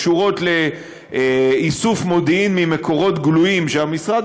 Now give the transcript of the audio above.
ההתקשרויות שקשורות לאיסוף מודיעין ממקורות גלויים שהמשרד